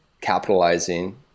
capitalizing